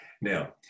now